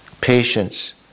Patience